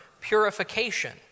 purification